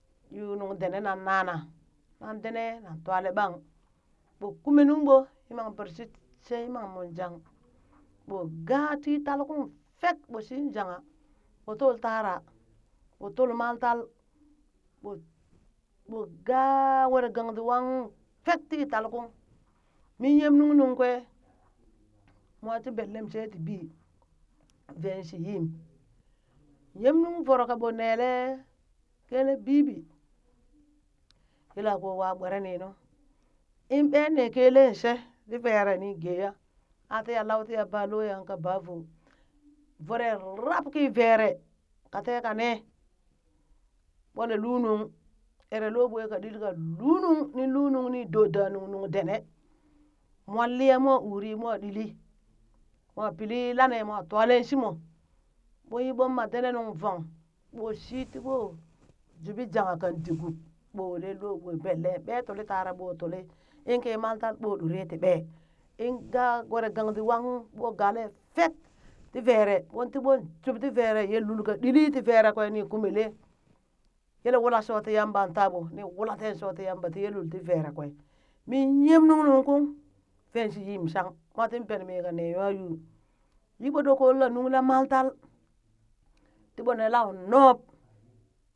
Yoon nung dene nang nana nan dene nan twale ɓang ɓoo kume nung ɓo yimambershit she yimammuinjang, ɓo gaa ti tal kung fek ɓo shiin jangha, ɓo tul tara ɓo tul maltal, ɓo ɓo gaa were gangdi wangung fek ti tal kung min yem nung nungkwe mwa ti bellem she ti bii, veen shi yim, nyem nung voro kaɓo nele kele bibi yela ko wa ɓwere ninu, in ɓee ne keleŋ she ti vere ni gee ya a ti lau tiya ba loyaŋ ka baa voo, voroen rab ki vere ka teka ne ɓule lunung ere loɓwe ka ɗilka luu nung nin luu nung ni do da nung nungdene, mon liya mwa uri mwa ɗili mwa pili lane mwa twalen shimo, ɓonyi ɓon ma dene nung vong ɓoo shii tiɓo juɓi jangha kan di kub ɓo wolen lue ɓo belle, ɓee tuli tara ɓo tuli in ki maltal ɓo ɗore ti ɓee, in gaa were gandi wanghung ɓo gale fek ti vere ɓon ti ɓon jub ti vere, ye lul ka ɗili ti vere kwe ni kumele yele wula shoti yamba taa ɓo ni wula teen shoti yamba tiye lul ti vere kwe, min nyem nung nungkung veen shi yiim shang mwa tin benmi ka ne nwa yuu, yi ɓo ɗo koon la nung la maltal ti ɓo ne lau nuub